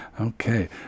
Okay